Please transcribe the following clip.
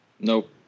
Nope